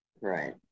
Right